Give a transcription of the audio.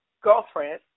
girlfriend